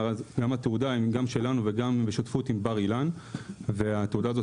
התעודה היא גם שלנו וגם בשותפות עם בר אילן והתעודה הזאת